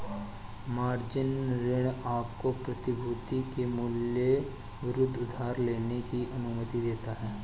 margin ऋण आपको प्रतिभूतियों के मूल्य के विरुद्ध उधार लेने की अनुमति देता है